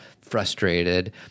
frustrated